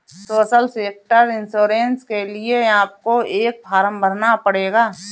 social sector insurance के लिए आपको एक फॉर्म भरना पड़ेगा